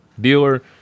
dealer